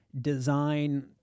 design